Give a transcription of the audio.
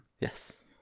Yes